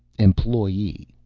employee.